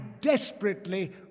desperately